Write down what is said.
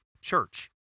church